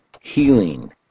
healing